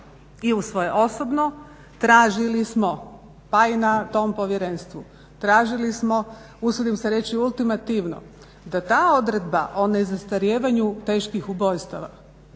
i u svoje osobno tražili smo pa i na tom povjerenstvu, tražili smo usudim se reći ultimativno da ta odredba o nezastarijevanju teških ubojstava